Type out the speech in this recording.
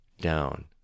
down